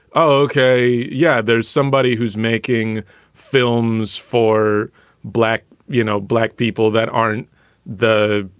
oh, okay, yeah, there's somebody who's making films for black, you know, black people that aren't the,